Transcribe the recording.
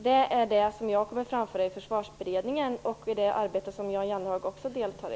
Detta är vad jag kommer att framföra i Försvarsberedningen, i det arbete som också Jan Jennehag deltar i.